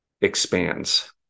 expands